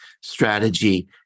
strategy